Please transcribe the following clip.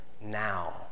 now